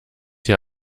hier